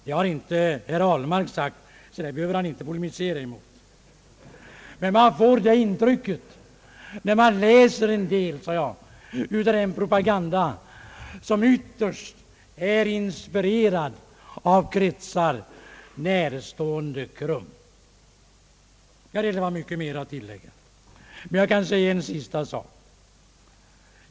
Det har visserligen inte herr Ahlmark sagt så det behöver han inte polemisera mot, men man får det intrycket när man läser en del av den propaganda som ytterst är inspirerad av kretsar närstående KRUM. Det kan vara mycket mer att tilllägga, men jag skall till sist bara nämna en sak.